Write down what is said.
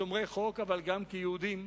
שומרי חוק אבל גם כיהודים,